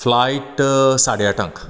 flight साडे आठांक